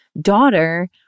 daughter